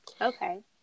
Okay